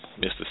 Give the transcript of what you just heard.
Mr